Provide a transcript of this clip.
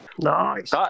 Nice